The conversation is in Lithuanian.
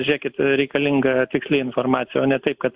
žiūrėkit reikalinga tiksli informacija o ne tai kad